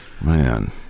Man